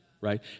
right